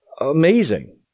amazing